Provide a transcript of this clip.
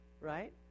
right